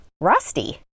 rusty